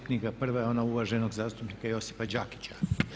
Prva je ona uvaženog zastupnika Josipa Đakića.